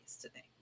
today